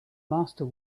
master